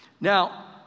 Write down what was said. Now